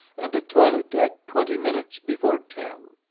and the toilet at twenty minutes before ten.